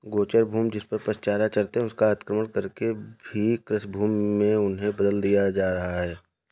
गोचर भूमि, जिसपर पशु चारा चरते हैं, उसका अतिक्रमण करके भी कृषिभूमि में उन्हें बदल दिया जा रहा है